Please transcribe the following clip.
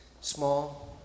small